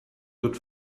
good